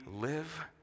live